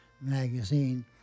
magazine